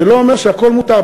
זה לא אומר שהכול מותר.